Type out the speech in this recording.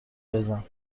بزن